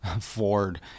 ford